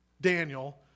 Daniel